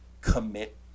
commit